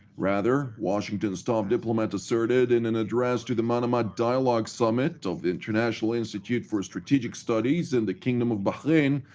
rather, washington's top diplomat asserted, in an address to the manama dialogue summit of the international institute for strategic studies in the kingdom of bahrain,